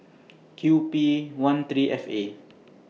Q P one three F A